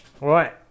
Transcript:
right